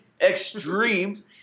Extreme